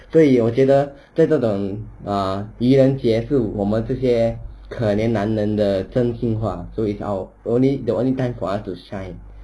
所以我觉得在这种情人节是我们这些可怜男人的真心话 so it's our the only the only time for us to shine